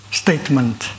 statement